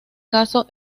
caso